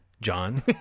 John